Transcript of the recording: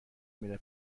میره